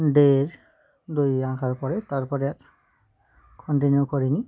দেড় দুই আঁকার পরে তারপরে কন্টিনিউ করি নি